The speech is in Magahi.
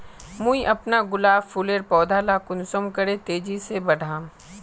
मुई अपना गुलाब फूलेर पौधा ला कुंसम करे तेजी से बढ़ाम?